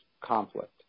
conflict